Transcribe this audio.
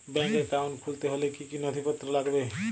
Bank account খুলতে হলে কি কি নথিপত্র লাগবে?